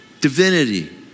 Divinity